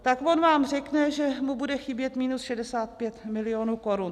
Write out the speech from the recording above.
Tak on vám řekne, že mu bude chybět minus 65 milionů korun.